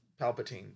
Palpatine